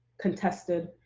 contested,